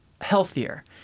healthier